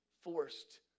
forced